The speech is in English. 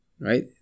right